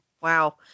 Wow